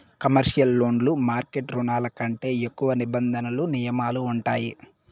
commercial లోన్లు market రుణాల కంటే ఎక్కువ నిబంధనలు నియమాలు ఉంటాయి